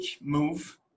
move